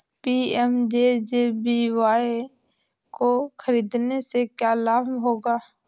PMJJBY को खरीदने से क्या लाभ होगा?